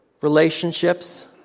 relationships